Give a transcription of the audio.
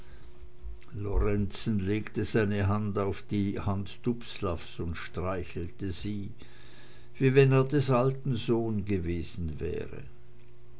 lorenzen legte seine hand auf die hand dubslavs und streichelte sie wie wenn er des alten sohn gewesen wäre